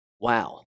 wow